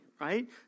right